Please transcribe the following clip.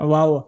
Wow